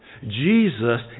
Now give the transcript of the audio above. Jesus